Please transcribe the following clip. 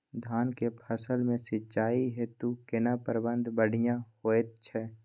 धान के फसल में सिंचाई हेतु केना प्रबंध बढ़िया होयत छै?